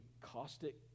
caustic